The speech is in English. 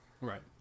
right